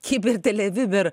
kibir tele vibir